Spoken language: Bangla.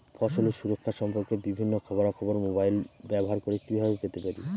ফসলের সুরক্ষা সম্পর্কে বিভিন্ন খবরা খবর মোবাইল ব্যবহার করে কিভাবে পেতে পারি?